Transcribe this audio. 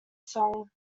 song